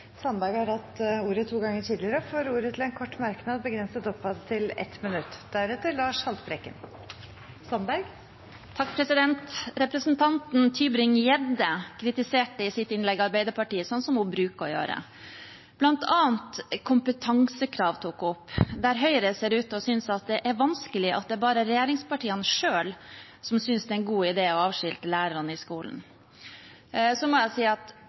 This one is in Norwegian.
har hatt ordet to ganger tidligere og får ordet til en kort merknad, begrenset til 1 minutt. Representanten Tybring-Gjedde kritiserte i sitt innlegg Arbeiderpartiet, slik hun bruker å gjøre. Blant annet tok hun opp kompetansekrav, der Høyre ser ut til å synes det er vanskelig at det bare er regjeringspartiene selv som synes det er en god idé å avskilte lærerne i skolen. Så må jeg si at